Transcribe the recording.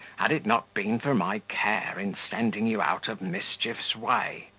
had it not been for my care in sending you out of mischief's way.